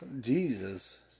Jesus